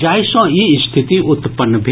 जाहि सॅ ई स्थिति उत्पन्न भेल